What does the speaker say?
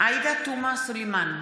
עאידה תומא סלימאן,